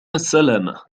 السلامة